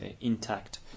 intact